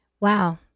Wow